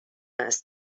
است